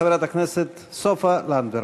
חברת הכנסת סופה לנדבר,